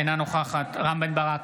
אינה נוכחת רם בן ברק,